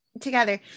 together